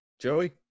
Joey